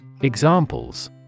Examples